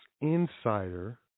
Insider